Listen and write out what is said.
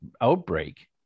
outbreak